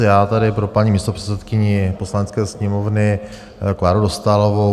Já tady pro paní místopředsedkyni Poslanecké sněmovny Kláru Dostálovou.